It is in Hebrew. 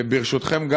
וברשותכם,